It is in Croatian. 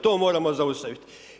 To moramo zaustaviti.